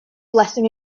blessing